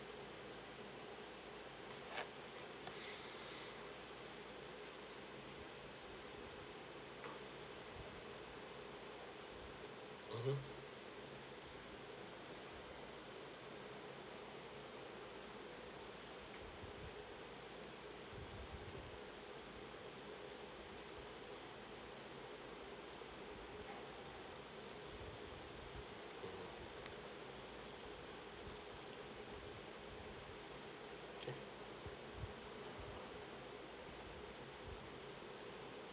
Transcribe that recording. mmhmm